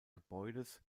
gebäudes